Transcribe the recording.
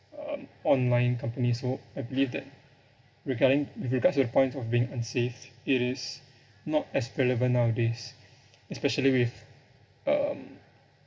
uh online companies so I believe that regarding with regards to the point of being unsafe it is not as relevant nowadays especially with um